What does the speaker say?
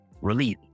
release